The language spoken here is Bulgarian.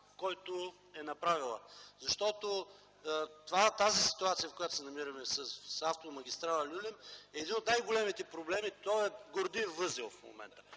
който е направила. Защото тази ситуация, в която се намираме с автомагистрала „Люлин” е един от най-големите проблеми. В момента е Гордиев възел. Това